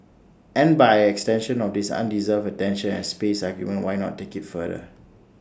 and by extension of this undeserved attention and space argument why not take IT further